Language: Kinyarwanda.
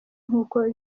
nkuko